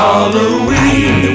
Halloween